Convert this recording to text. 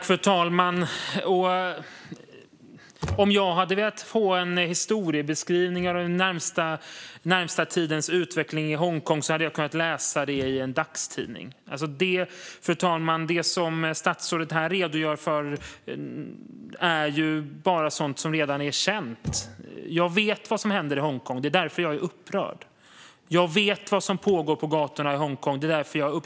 Fru talman! Om jag hade velat få en historiebeskrivning över den senaste tidens utveckling i Hongkong hade jag kunnat läsa om det i en dagstidning. Fru talman! Det som statsrådet här redogör för är bara sådant som redan är känt. Jag vet vad som händer i Hongkong; det är därför jag är upprörd. Jag vet vad som pågår på gatorna i Hongkong.